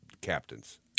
captains